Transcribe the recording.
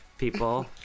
people